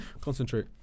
Concentrate